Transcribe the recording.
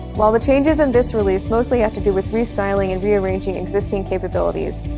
while the changes in this release mostly have to do with restyling and rearranging existing capabilities,